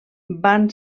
van